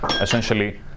essentially